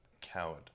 Coward